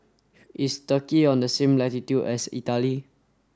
is Turkey on the same latitude as Italy